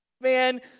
man